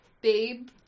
Babe